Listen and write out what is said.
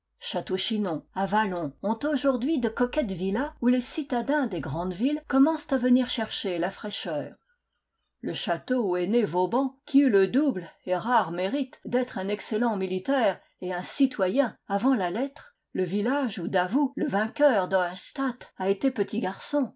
châteauchinon avallon ont aujourd'hui de coquettes villas où les citadins des grandes villes commencent à venir chercher la fraîcheur le château où est né vauban qui eut le double et rare mérite d'être un excellent militaire et un citoyen avant la lettre le village où davout le vainqueur d'auerstaedt a été petit garçon